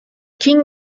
king